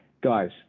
guys